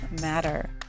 matter